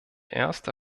erste